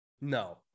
No